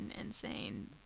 insane